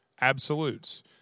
absolutes